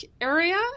area